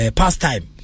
pastime